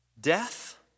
Death